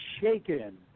shaken